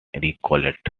recollect